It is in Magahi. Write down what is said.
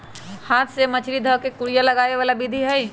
हाथ से मछरी ध कऽ कुरिया लगाबे बला विधि